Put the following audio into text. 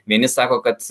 vieni sako kad